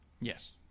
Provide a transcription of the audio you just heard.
Yes